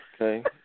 Okay